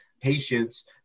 patients